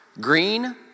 green